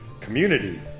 Community